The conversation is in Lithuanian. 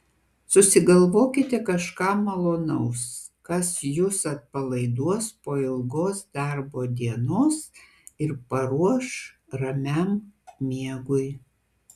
susigalvokite kažką malonaus kas jus atpalaiduos po ilgos darbo dienos ir paruoš ramiam miegui